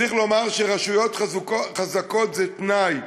צריך לומר שרשויות חזקות זה תנאי.